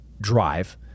drive